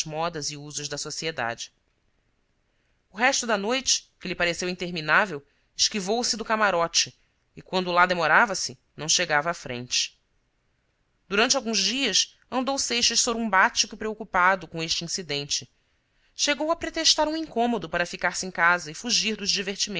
modas e usos da sociedade o resto da noite que lhe pareceu interminável esquivou-se do camarote e quando lá demorava-se não chegava à frente durante alguns dias andou seixas sorumbático e preocupado com este incidente chegou a pretextar um incômodo para ficar se em casa e fugir dos